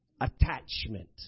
attachment